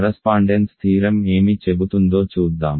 correspondence theorem ఏమి చెబుతుందో చూద్దాం